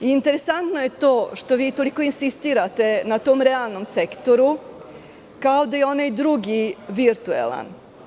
Interesantno je to što vi toliko insistirate na tom realnom sektoru, kao da je onaj drugi virtualan.